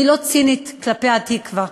אני לא צינית כלפי "התקווה",